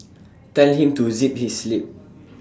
tell him to zip his lip